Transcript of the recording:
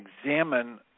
examine